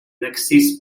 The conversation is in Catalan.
d’accés